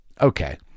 Okay